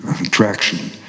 attraction